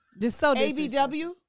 ABW